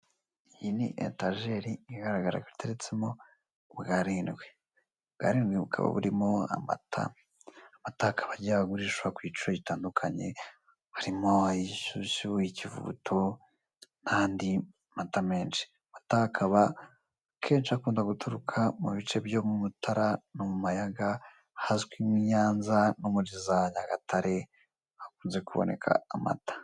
Iyi ni etajeri igaragara ko iteretsemo ubwarindwi. Ubwarindwi bukaba burimo amata. Amata akaba agiye agurishwa ku giciro gitandukanye harimo ay'inshyushyu, ikivuguto n'andi mata menshi. Amata akaba akenshi akunze guturuka mu bice byo mu Mutara no mu Mayaga ahazwi nk'i Nyanza no muri za Nyagatare hakunze kuboneka amata.